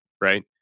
right